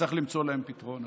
וצריך למצוא להם פתרון,